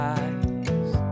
eyes